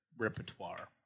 repertoire